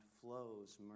flows